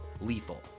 lethal